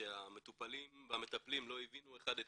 שהמטופלים והמטפלים לא הבינו אחד את